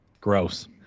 Gross